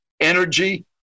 energy